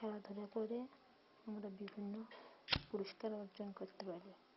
খেলাধুলা করে আমরা বিভিন্ন পুরস্কার অর্জন করতে পারি